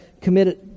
committed